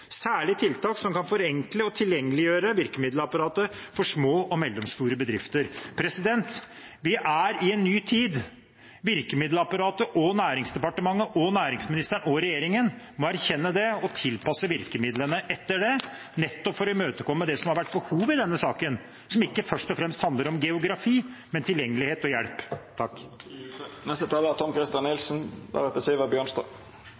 særlig tiltak som kan forenkle og tilgjengeliggjøre virkemiddelapparatet for små og mellomstore bedrifter. Vi er i en ny tid. Virkemiddelapparatet, Næringsdepartementet, næringsministeren og regjeringen må erkjenne det og tilpasse virkemidlene etter det, nettopp for å imøtekomme det som har vært behovet i denne saken, som ikke først og fremst handler om geografi, men tilgjengelighet og hjelp.